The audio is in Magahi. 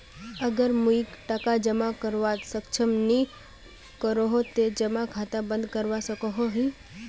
अगर मुई टका जमा करवात सक्षम नी करोही ते जमा खाता बंद करवा सकोहो ही?